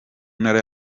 ntara